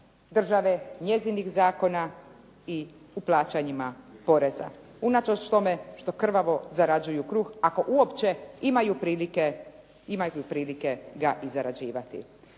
države, njezinih zakona i u plaćanjima poreza unatoč tome što krvavo zarađuju kruh ako uopće imaju prilike ga i zarađivati.